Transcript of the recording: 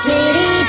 City